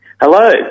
Hello